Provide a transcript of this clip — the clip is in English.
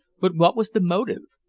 but what was the motive?